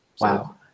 Wow